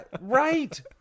right